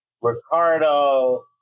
Ricardo